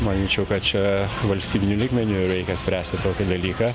manyčiau kad čia valstybiniu lygmeniu reikia spręsti tokį dalyką